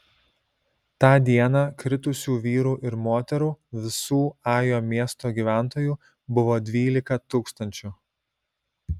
tą dieną kritusių vyrų ir moterų visų ajo miesto gyventojų buvo dvylika tūkstančių